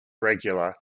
regular